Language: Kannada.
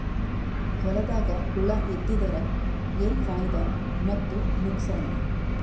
ಹೊಲದಾಗ ಹುಳ ಎತ್ತಿದರ ಏನ್ ಫಾಯಿದಾ ಮತ್ತು ನುಕಸಾನ?